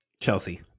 Chelsea